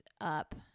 up